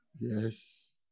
Yes